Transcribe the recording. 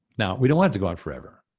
now, we don't want it to go on forever.